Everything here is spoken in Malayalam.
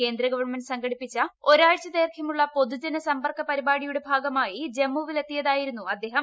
കേന്ദ്ര ഗവൺമെന്റ് സംഘടിപ്പിച്ച ഒരാഴ്ച ദൈർഘ്യമുള്ള പൊതുജന സമ്പർക്ക പരിപാടിയുടെ ഭാഗമായി ജമ്മുവിൽ എത്തിയതായിരുന്നു അദ്ദേഹം